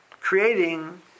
creating